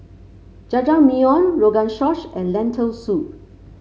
Jajangmyeon Rogan Josh and Lentil Soup